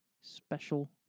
special